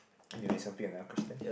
anyways you want pick another question